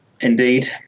indeed